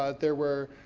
ah there were,